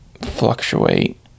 fluctuate